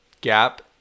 gap